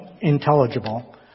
intelligible